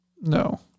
No